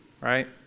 right